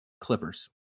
Clippers